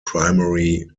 primary